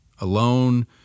alone